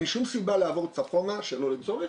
אין שום סיבה לעבור צפונה שלא לצורך,